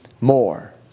more